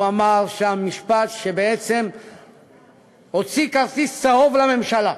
הוא אמר שם משפט שבעצם הוציא כרטיס צהוב לממשלה.